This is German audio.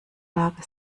lage